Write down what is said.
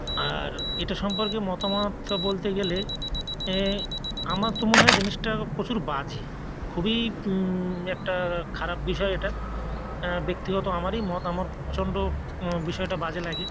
আর এটা সম্পর্কে মতামত বলতে গেলে আমার তো মনে হয় জিনিসটা প্রচুর বাজে খুবই একটা খারাপ বিষয় এটা ব্যক্তিগত আমারই মত আমার প্রচণ্ড বিষয়টা বাজে লাগে